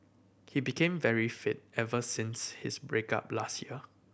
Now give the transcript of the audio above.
he became very fit ever since his break up last year